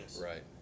right